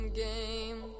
game